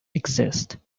exist